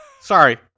Sorry